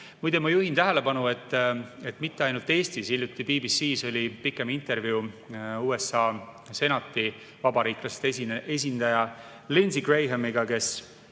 muide, ma juhin tähelepanu, et mitte ainult Eestis. Hiljuti oli BBC-s pikem intervjuu USA Senati vabariiklaste esindaja Lindsey Grahamiga, kes